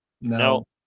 No